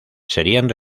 serían